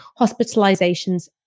hospitalizations